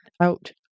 out